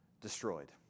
destroyed